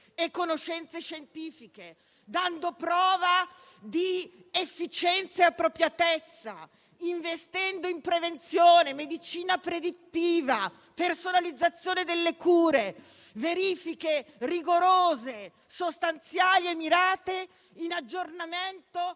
conoscenze scientifiche, dando prova di efficienza e appropriatezza, investendo in prevenzione, medicina predittiva, personalizzazione delle cure, verifiche rigorose, sostanziali e mirate in aggiornamento